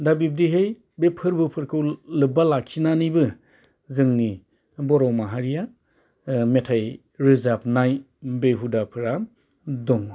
दा बिब्दिहै बे फोरबोफोरखौ लोब्बा लाखिनानैबो जोंनि बर' माहारिया मेथाइ रोजाबनाय बे हुदाफोरा दं